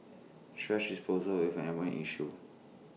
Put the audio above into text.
thrash disposal is an environmental issue